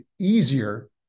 easier